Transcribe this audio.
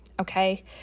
Okay